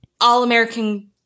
All-American